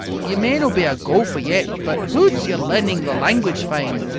ye may no' be a gowfer yet, but hoots! ye're learning the language fine!